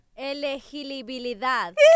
Elegibilidad